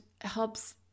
helps